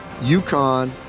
UConn